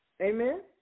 Amen